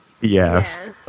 Yes